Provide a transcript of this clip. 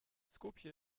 skopje